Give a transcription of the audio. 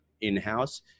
in-house